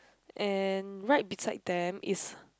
and right beside them is